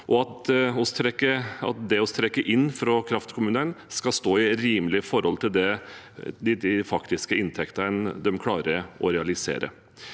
og at det vi trekker inn fra kraftkommunene, skal stå i et rimelig forhold til de faktiske inntektene de klarer å realisere.